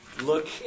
look